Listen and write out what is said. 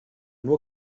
nur